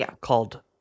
called